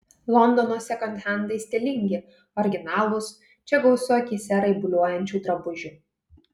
londono sekonhendai stilingi originalūs čia gausu akyse raibuliuojančių drabužių